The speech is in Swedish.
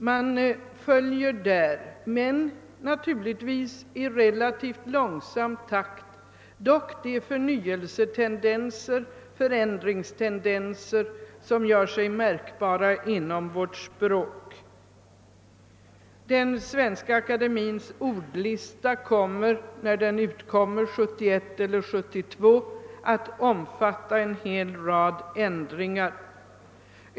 Man följer där, men naturligtvis i relativt långsam takt, de förnyelsetendenser och förändringstendenser som gör sig märkbara inom vårt språk. När Svenska akademiens ordlista utkommer 1971 eller 1972 väntas den innehålla en hel rad ändringar.